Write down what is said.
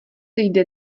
jde